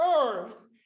earth